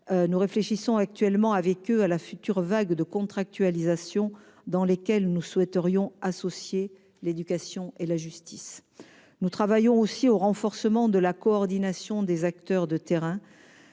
Nous réfléchissons actuellement avec eux à la future vague de contractualisation, à laquelle nous souhaiterions associer les ministères de l'éducation et de la justice. Nous travaillons aussi au renforcement de la coordination des acteurs de terrain-